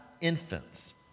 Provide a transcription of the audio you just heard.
infants